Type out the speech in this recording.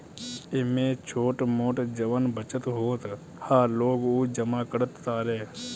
एमे छोट मोट जवन बचत होत ह लोग उ जमा करत तारे